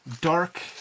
dark